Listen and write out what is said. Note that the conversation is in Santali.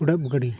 ᱩᱰᱟᱹᱜ ᱜᱟᱹᱰᱤ